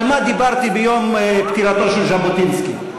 על מה דיברתי ביום פטירתו של ז'בוטינסקי.